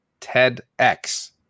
TEDx